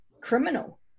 criminal